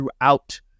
throughout